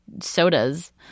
sodas